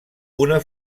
una